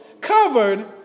covered